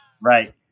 right